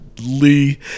Lee